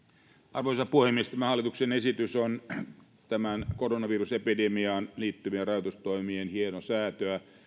arvoisa puhemies tämä hallituksen esitys on koronavirusepidemiaan liittyvien rajoitustoimien hienosäätöä